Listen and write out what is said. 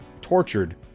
tortured